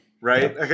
right